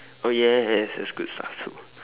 oh yes that's good stuff too